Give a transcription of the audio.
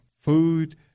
food